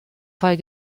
fall